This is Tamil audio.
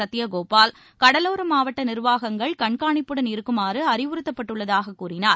சத்யகோபால் கடலோர மாவட்ட நிர்வாகங்கள் கண்ணிப்புடன் இருக்குமாறு அறிவறுத்தப்பட்டுள்ளதாக கூறினார்